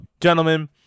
gentlemen